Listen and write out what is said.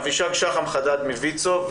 אבישג שחם חדד מוויצו.